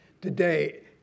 Today